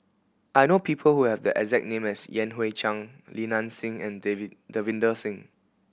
I know people who have the exact name as Yan Hui Chang Li Nanxing and Davinder Singh